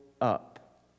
up